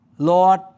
Lord